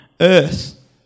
earth